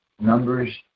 Numbers